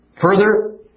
Further